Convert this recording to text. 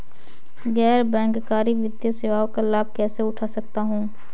गैर बैंककारी वित्तीय सेवाओं का लाभ कैसे उठा सकता हूँ?